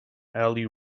ali